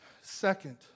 Second